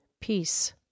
peace